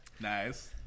Nice